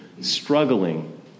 struggling